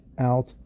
out